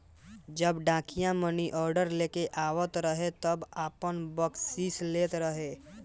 जब डाकिया मानीऑर्डर लेके आवत रहे तब आपन बकसीस लेत रहे